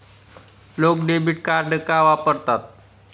लोक debit card का वापरतात?